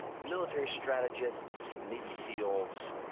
military strategist, navy seals,